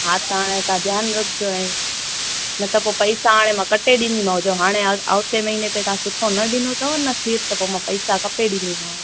हा त हाणे तव्हां ध्यानु रखिजो ऐं न त पोइ पैसा हाणे मां कटे ॾींदीमांव जो हाणे आवते महीने ते तव्हां सुठो न ॾिनो अथव न खीरु त पोइ मां पैसा कपे ॾींदीमांव